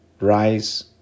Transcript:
rise